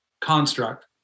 construct